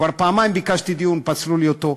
כבר פעמיים ביקשתי דיון ופסלו לי אותו,